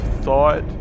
thought